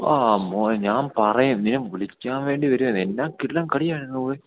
ആ മോനെ ഞാൻ പറയാന് ഞാൻ വിളിക്കാന് വേണ്ടി വരികയായിരുന്നു എന്ത് കിടിലൻ കളിയായിരുന്നു